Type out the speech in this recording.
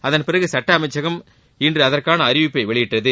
அதன்பிறகு சட்ட அமைச்சகம் இன்று அதற்கான அறிவிப்பை வெளியிட்டது